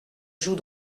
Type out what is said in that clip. joue